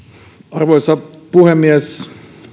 arvoisa puhemies